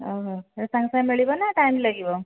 ସେ ସାଙ୍ଗେ ସାଙ୍ଗେ ମିଳିବ ନା ଟାଇମ୍ ଲାଗିବ